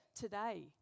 today